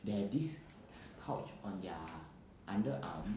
they have this pouch on ya under arm